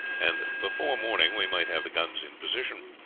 and before morning we might have the guns in position.